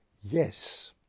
Yes